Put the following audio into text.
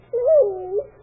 Please